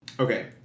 Okay